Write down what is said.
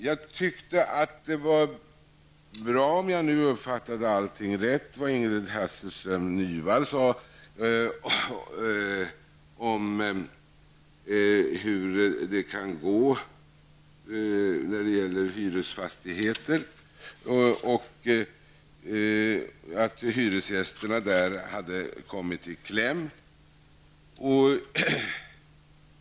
Ingrid Hasselström Nyvalls beskrivning av hur det kan gå när det gäller hyresfastigheter var bra, om jag nu uppfattade hennes anförande rätt. Hon sade att hyresgästerna hade kommit i kläm.